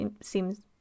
seems